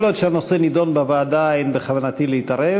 כל עוד הנושא נדון בוועדה אין בכוונתי להתערב.